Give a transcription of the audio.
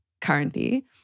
currently